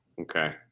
okay